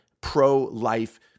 pro-life